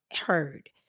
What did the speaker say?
heard